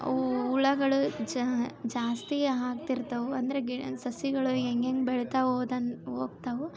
ಅವು ಹುಳಗಳು ಜಾಸ್ತಿ ಆಕ್ತಿರ್ತಾವು ಅಂದರೆ ಗಿ ಸಸಿಗಳು ಹೆಂಗೆಂಗ್ ಬೆಳೀತಾ ಹೋದಂಗ್ ಹೋಗ್ತಾವು